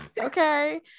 Okay